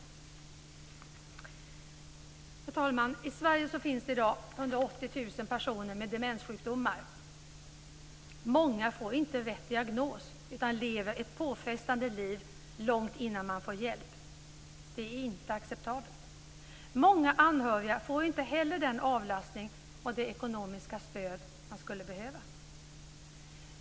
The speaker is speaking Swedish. Herr talman! I Sverige finns det i dag 180 000 personer med demenssjukdomar. Många får inte rätt diagnos utan lever ett påfrestande liv långt innan de får hjälp. Det är inte acceptabelt. Många anhöriga får inte heller den avlastning och det ekonomiska stöd som de skulle behöva.